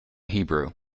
hebrew